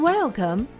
Welcome